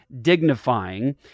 dignifying